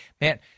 Man